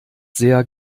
sehr